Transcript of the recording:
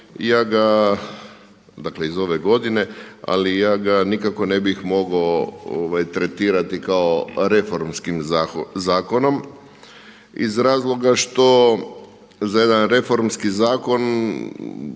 ja ga, dakle iz ove godine, ali ja ga nikako ne bih mogao tretirati kao reformskim zakonom iz razloga što za jedan reformski zakon